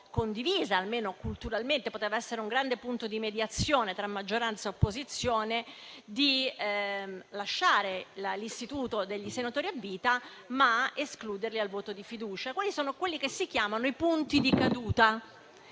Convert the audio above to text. condivisa, almeno culturalmente, che poteva essere un grande punto di mediazione tra maggioranza e opposizione, di lasciare l'istituto dei senatori a vita, ma escluderli dal voto di fiducia. Questi sono quelli che si chiamano i punti di caduta,